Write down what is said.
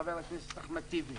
חבר הכנסת אחמד טיבי,